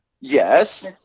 Yes